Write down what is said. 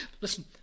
Listen